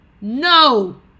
No